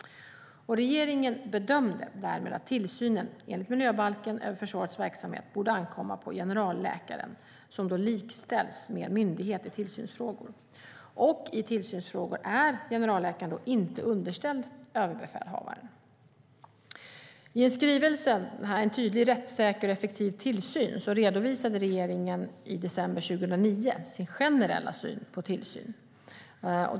Regeringen bedömde därmed att tillsynen över försvaret enligt miljöbalken borde ankomma på generalläkaren, som då likställs med en myndighet i tillsynsfrågor. I tillsynsfrågor är generalläkaren alltså inte underställd överbefälhavaren. I skrivelsen En tydlig, rättssäker och effektiv tillsyn redovisade regeringen i december 2009 sin generella syn på tillsyn.